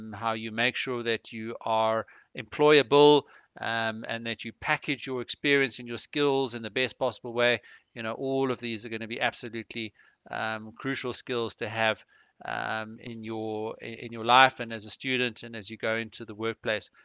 um how you make sure that you are employable um and that you package your experience and your skills in the best possible way you know all of these are going to be absolutely um crucial skills to have um in your in your life and as a student and as you go into the workplace